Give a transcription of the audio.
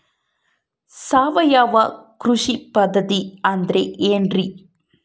ಸಾವಯವ ಕೃಷಿ ಪದ್ಧತಿ ಅಂದ್ರೆ ಏನ್ರಿ?